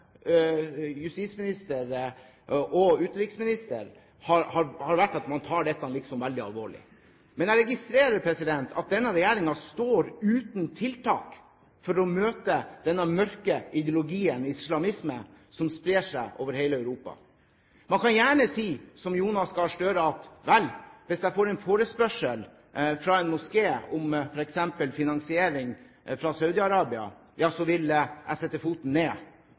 justisminister og fra utenriksminister, har vært at man liksom tar dette veldig alvorlig. Men jeg registrerer at denne regjeringen står uten tiltak for å møte den mørke ideologien islamisme som sprer seg over hele Europa. Man kan gjerne si som Jonas Gahr Støre, at hvis jeg får en forespørsel fra en moské om finansiering fra f.eks. Saudi-Arabia, vil jeg sette foten ned.